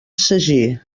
sagí